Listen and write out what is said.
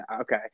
okay